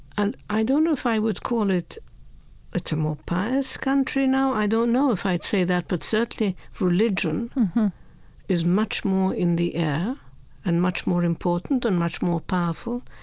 and i don't know if i would call it ah a more pious country now, i don't know if i'd say that, but certainly religion is much more in the air and much more important and much more powerful.